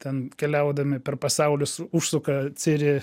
ten keliaudami per pasaulius užsuka ciri